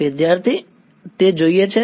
વિદ્યાર્થી તે જોઈએ છે